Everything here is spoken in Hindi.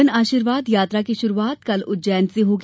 जनआशीर्वाद यात्रा की शुरूआत कल उज्जैन से होगी